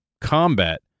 combat